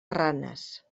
ranes